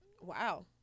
Wow